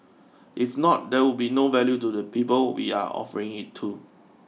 if not there would be no value to the people we are offering it to